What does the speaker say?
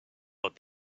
but